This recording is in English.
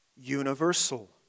universal